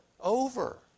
over